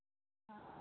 ആ